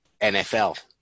NFL